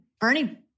Bernie